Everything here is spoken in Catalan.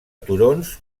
turons